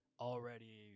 already